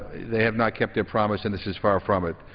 they have not kept their promise and this is far from it.